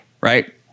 right